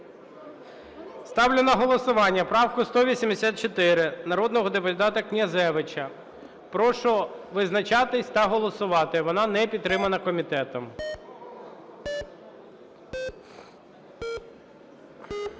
Ставлю на голосування правку 184 народного депутата Князевича. Прошу визначатись та голосувати, вона не підтримана комітетом.